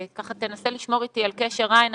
תנסה לשמור אתי על קשר עין,